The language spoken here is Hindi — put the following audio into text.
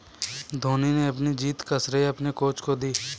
धोनी ने अपनी जीत का श्रेय अपने कोच को दी